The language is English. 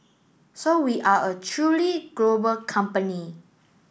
so we are a truly global company